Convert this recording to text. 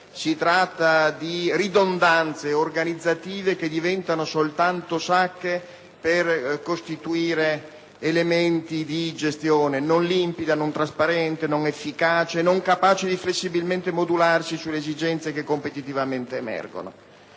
Si tratta di ridondanze organizzative che diventano soltanto sacche per elementi di gestione non limpida, non trasparente, non efficace, non capace di modularsi flessibilmente sulle esigenze che competitivamente emergono.